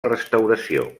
restauració